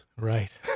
right